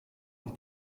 und